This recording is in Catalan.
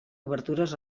obertures